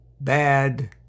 bad